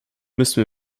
müssen